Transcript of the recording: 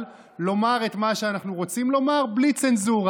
לומר את מה שאנחנו רוצים לומר בלי צנזורה,